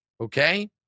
Okay